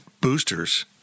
boosters